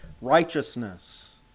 righteousness